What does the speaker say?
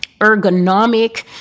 ergonomic